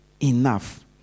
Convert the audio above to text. enough